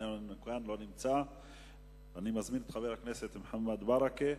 אני מזמין את חבר הכנסת מוחמד ברכה.